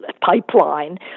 pipeline